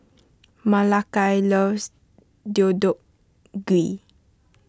Malakai loves Deodeok Gui